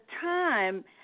time